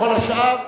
לכל השאר,